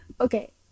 okay